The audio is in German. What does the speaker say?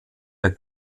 der